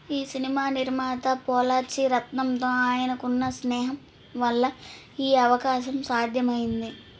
ఈ సినిమా నిర్మాత పొల్లాచి రత్నంతో ఆయనకున్న స్నేహం వల్ల ఈ అవకాశం సాధ్యమైంది